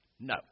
No